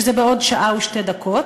שזה בעוד שעה ושתי דקות,